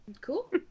cool